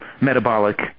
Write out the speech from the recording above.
metabolic